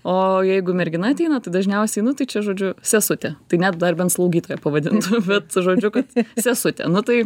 o jeigu mergina ateina tai dažniausiai nu tai čia žodžiu sesute tai net dar bent slaugytoja pavadintų bet žodžiu kad sesutė nu tai